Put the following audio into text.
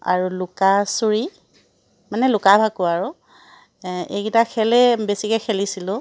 আৰু লুকা চুৰি মানে লুকা ভাকু আৰু এইকেইটা খেলেই বেছিকৈ খেলিছিলোঁ